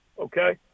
Okay